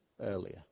earlier